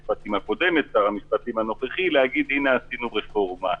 אני מקווה שיגיעו עם סיכומים והחלטות ולא עם שיחות.